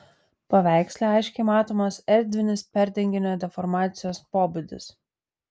paveiksle aiškiai matomas erdvinis perdenginio deformacijos pobūdis